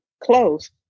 clothes